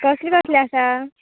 कसले कसले आसा